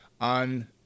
on